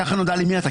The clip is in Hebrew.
ככה נודע לי מי אתה.